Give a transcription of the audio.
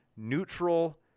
neutral